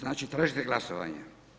Znači tražite glasovanje?